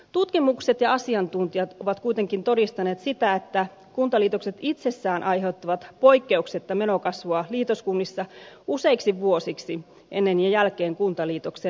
tutkimukset ja asiantuntijat ovat kuitenkin todistaneet sitä että kuntaliitokset itsessään aiheuttavat poikkeuksetta menokasvua liitoskunnissa useiksi vuosiksi ennen ja jälkeen kuntaliitoksen